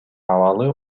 абалы